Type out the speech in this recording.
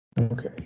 Okay